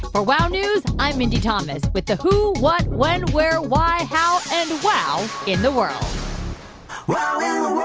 wow news, i'm mindy thomas with the who, what, when, where, why, how and wow in the world wow